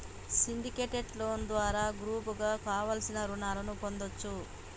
syndicate loan ద్వారా గ్రూపుగా కావలసిన రుణాలను పొందచ్చు